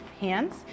hands